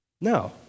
No